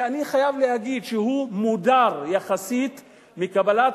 שאני חייב להגיד שהוא מודר יחסית מקבלת